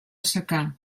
secà